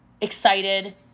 excited